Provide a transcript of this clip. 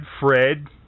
Fred